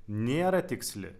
nėra tiksli